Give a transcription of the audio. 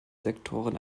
sektoren